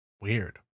Weird